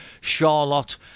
Charlotte